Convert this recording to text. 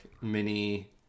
mini